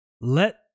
let